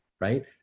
right